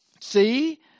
See